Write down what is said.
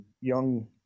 young